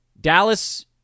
Dallas